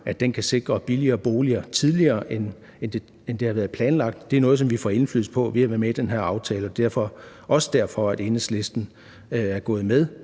at den kan sikre billigere boliger tidligere, end det har været planlagt. Det er noget, som vi får indflydelse på ved at være med i den her aftale. Og også derfor er Enhedslisten gået med.